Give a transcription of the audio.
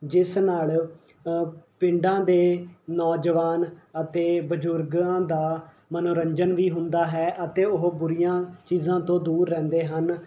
ਜਿਸ ਨਾਲ ਪਿੰਡਾਂ ਦੇ ਨੌਜਵਾਨ ਅਤੇ ਬਜ਼ੁਰਗਾਂ ਦਾ ਮਨੋਰੰਜਨ ਵੀ ਹੁੰਦਾ ਹੈ ਅਤੇ ਉਹ ਬੁਰੀਆਂ ਚੀਜ਼ਾਂ ਤੋਂ ਦੂਰ ਰਹਿੰਦੇ ਹਨ